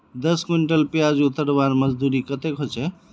दस कुंटल प्याज उतरवार मजदूरी कतेक होचए?